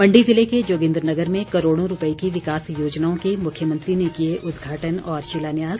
मण्डी जिले के जोगिन्द्रनगर में करोड़ों रूपए की विकास योजनाओं के मुख्यमंत्री ने किए उदघाटन और शिलान्यास